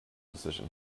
decision